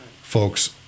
folks